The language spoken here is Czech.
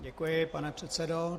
Děkuji, pane předsedo.